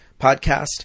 podcast